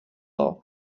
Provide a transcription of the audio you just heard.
law